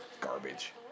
garbage